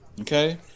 Okay